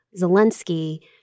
Zelensky